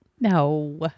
No